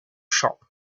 shop